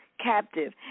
Captive